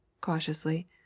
cautiously